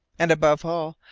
and above all,